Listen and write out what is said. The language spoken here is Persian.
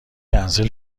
کنسل